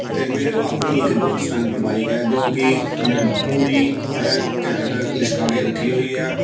ਅਤੇ ਮੇਰੇ ਕੋਲ ਆਪਣੀ ਇੱਕ ਬੁਲਟ ਸਟੈਂਡਰਡ ਬਾਈਕ ਹੈ ਜੋ ਕਿ ਮੈਂ ਪੂਰੀ ਐਂ ਘੈਂਟ ਲਿਸ਼ਕਾ ਕੇ ਰੱਖੀ ਹੋਈ ਆ